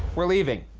we're leaving.